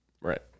Right